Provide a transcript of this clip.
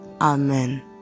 amen